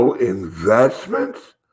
Investments